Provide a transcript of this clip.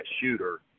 shooter